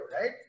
right